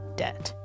debt